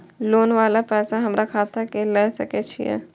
Loan वाला पैसा हमरा खाता से लाय सके छीये?